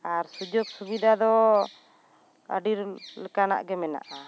ᱟᱨ ᱥᱩᱡᱳᱜᱽ ᱥᱩᱵᱤᱫᱷᱟ ᱫᱚ ᱟᱹᱰᱤ ᱞᱮᱠᱟᱱᱟᱜ ᱜᱮ ᱢᱮᱱᱟᱜ ᱟ